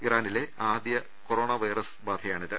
ഇറാനിലെ ആദ്യ corona virus ബാധയാണിത്